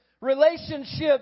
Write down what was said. relationships